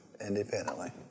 independently